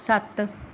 ਸੱਤ